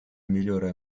migliore